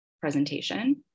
presentation